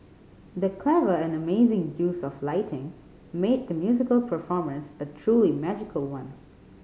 the clever and amazing use of lighting made the musical performance a truly magical one